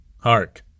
Hark